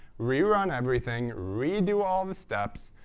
rerun everything, redo all the steps,